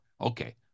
Okay